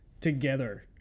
together